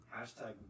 Hashtag